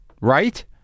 right